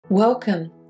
Welcome